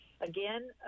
again